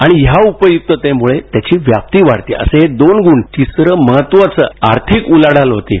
आणि या उपयुक्ततेमुळे त्याची व्याप्ती वाढते आहे हे दोन गुण तीसरं म्हणजे आर्थिक उलाढाल होत आहे